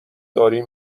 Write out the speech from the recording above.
داری